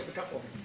ah couple.